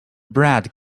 brad